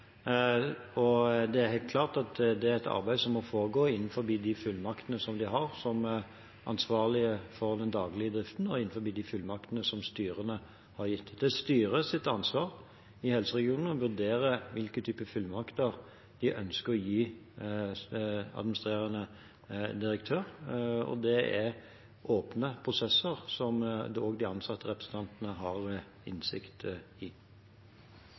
Og det er helt klart at det er et arbeid som må foregå innenfor de fullmaktene de har som ansvarlige for den daglige driften, og innenfor de fullmaktene som styrene har gitt dem. Det er styret i helseregionenes ansvar å vurdere hvilke typer fullmakter de ønsker å gi administrerende direktør, og det er åpne prosesser, som også ansattrepresentantene har innsikt i. «I 2011 var opposisjonspolitikar Høie, ifølgje NRK, «bekymret for at økningen i